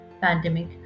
Pandemic